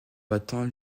battant